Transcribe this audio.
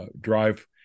drive